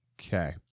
Okay